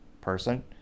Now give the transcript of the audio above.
person